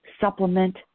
supplement